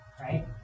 Right